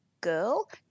girl